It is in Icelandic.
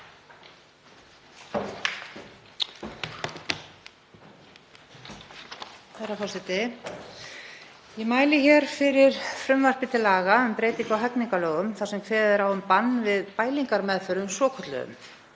Herra forseti. Ég mæli hér fyrir frumvarpi til laga um breytingu á hegningarlögum þar sem kveðið er á um bann við bælingarmeðferðum svokölluðum.